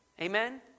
Amen